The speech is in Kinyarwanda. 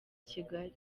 kigali